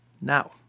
Now